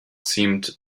seemed